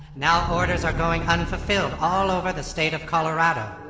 now orders are going unfulfilled all over the state of colorado.